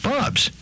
Bob's